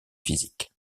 physiques